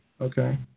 Okay